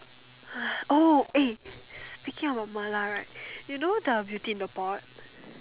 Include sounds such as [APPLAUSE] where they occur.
[BREATH] oh eh speaking of mala right you know the beauty in a pot